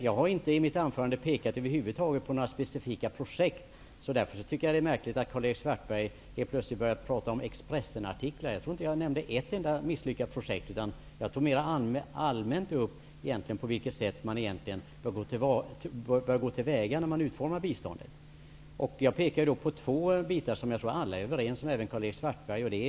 Jag pekade i mitt anförande över huvud taget inte på några specifika projekt, så därför tycker jag att det är märkligt att Karl-Erik Svartberg helt plötsligt börjar tala om Expressenartiklar. Jag tror inte att jag nämnde ett enda misslyckat projekt, utan jag tog mera allmänt upp på vilket sätt man egentligen bör gå till väga när man utformar biståndet. Jag pekade på två faktorer som jag tror att alla, även Karl-Erik Svartberg, är överens om.